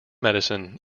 medicine